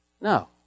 No